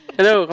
Hello